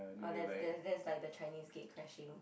oh that's that's that's like the Chinese gatecrashing